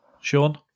Sean